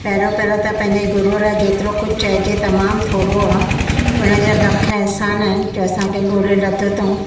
पहिरियों पहिरियों त पंहिंजे गुरूअ लाइ जेतिरो कुझु चइजे तमामु थोरो आहे हुननि जा लख अहसान आहिनि जो असांखे ॻोल्हे लधो अथऊं